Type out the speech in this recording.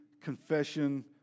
confession